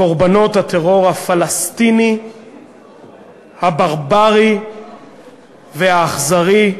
קורבנות הטרור הפלסטיני הברברי והאכזרי.